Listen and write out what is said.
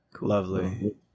lovely